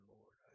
Lord